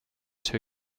two